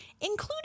including